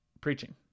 preaching